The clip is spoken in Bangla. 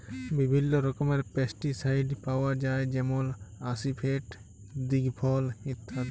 বিভিল্ল্য রকমের পেস্টিসাইড পাউয়া যায় যেমল আসিফেট, দিগফল ইত্যাদি